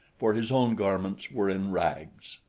for his own garments were in rags.